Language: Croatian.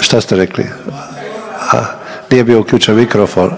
šta ste rekli, nije bio uključen mikrofon,